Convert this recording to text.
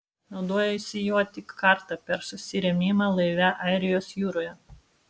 naudojosi juo tik kartą per susirėmimą laive airijos jūroje